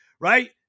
right